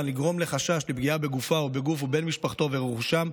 לגרום לחשש לפגיעה בגופו או בגוף בן משפחתו או ברכושם,